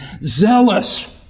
zealous